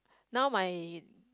now my